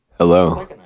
Hello